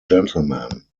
gentleman